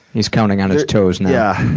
he's counting on his toes now.